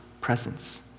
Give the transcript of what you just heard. presence